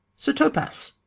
sir topas!